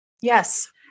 yes